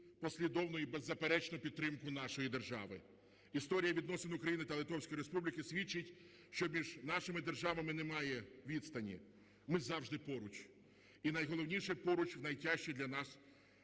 послідовну і беззаперечну підтримку нашої держави. Історія відносин України та Литовської Республіки свідчить, що між нашими державами немає відстані, ми завжди поруч і, найголовніше, поруч в найтяжчі для нас